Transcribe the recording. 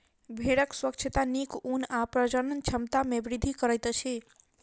भेड़क स्वच्छता नीक ऊन आ प्रजनन क्षमता में वृद्धि करैत अछि